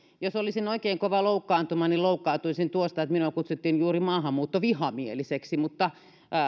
jos olisin oikein kova loukkaantumaan niin loukkaantuisin tuosta että minua kutsuttiin juuri maahanmuuttovihamieliseksi mutta